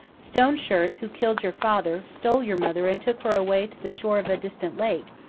stone shirt, who killed your father, stole your mother and took her away to the shore of a distant lake,